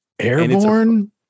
airborne